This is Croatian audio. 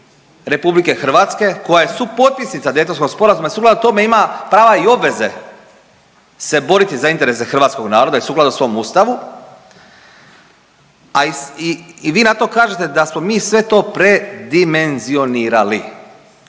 RH koja je supotpisnica Daytonskog sporazuma i sukladno tome ima prava i obveze se boriti za interese hrvatskog naroda i sukladno svom ustavu, a i vi na to kažete da smo mi sve to predimenzionirali.